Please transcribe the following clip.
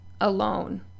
alone